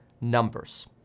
numbers